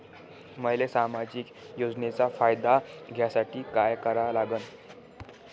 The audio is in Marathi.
मले सामाजिक योजनेचा फायदा घ्यासाठी काय करा लागन?